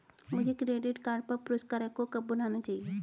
मुझे credit card पर पुरस्कारों को कब भुनाना चाहिए?